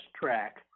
track